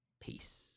peace